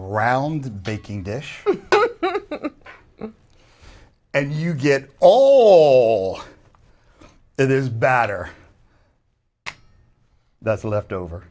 round baking dish and you get all that is batter that's left over